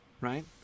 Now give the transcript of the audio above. right